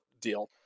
deal